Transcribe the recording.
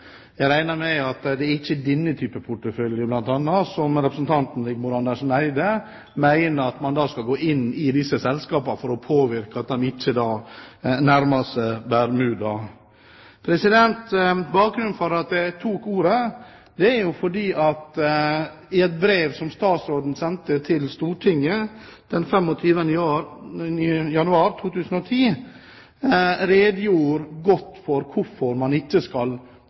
Jeg regner med at det ikke er denne type portefølje representanten Rigmor Andersen Eide mener at man skulle gå inn i for å påvirke at disse selskapene ikke nærmer seg Bermuda. Bakgrunnen for at jeg tok ordet, er at statsråden i et brev han sendte til Stortinget den 25. januar 2010, redegjorde godt for hvorfor man ikke skal